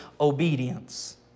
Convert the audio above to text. obedience